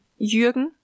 Jürgen